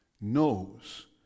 knows